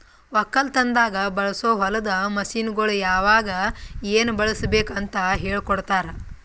ಒಕ್ಕಲತನದಾಗ್ ಬಳಸೋ ಹೊಲದ ಮಷೀನ್ಗೊಳ್ ಯಾವಾಗ್ ಏನ್ ಬಳುಸಬೇಕ್ ಅಂತ್ ಹೇಳ್ಕೋಡ್ತಾರ್